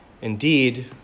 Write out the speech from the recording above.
Indeed